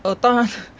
err 当然